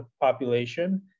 population